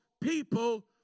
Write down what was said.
people